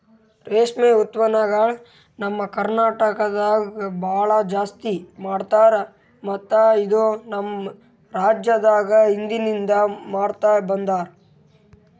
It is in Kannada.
ರೇಷ್ಮೆ ಉತ್ಪನ್ನಗೊಳ್ ನಮ್ ಕರ್ನಟಕದಾಗ್ ಭಾಳ ಜಾಸ್ತಿ ಮಾಡ್ತಾರ ಮತ್ತ ಇದು ನಮ್ ರಾಜ್ಯದಾಗ್ ಹಿಂದಿನಿಂದ ಮಾಡ್ತಾ ಬಂದಾರ್